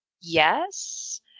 yes